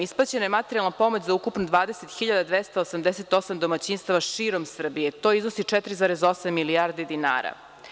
Isplaćena je materijalna pomoć za ukupno 20.288 domaćinstava širom Srbije, to iznosi 4,8 milijardi dinara.